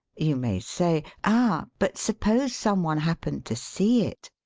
you may say ah! but suppose some one happened to see it!